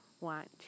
want